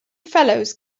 fellows